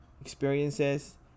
experiences